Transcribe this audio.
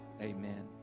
Amen